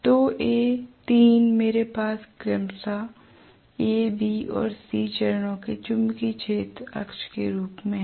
तो ये 3 मेरे पास क्रमशः A B और C चरणों के चुंबकीय क्षेत्र अक्ष के रूप में हैं